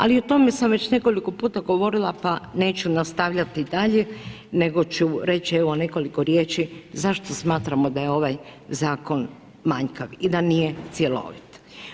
Ali o tome sam već nekoliko puta govorila pa neću nastavljati dalje nego ću reći evo nekoliko riječi zašto smatramo da je ovaj zakon manjkav i da nije cjelovit?